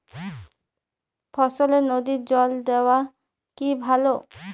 ফসলে নদীর জল দেওয়া কি ভাল?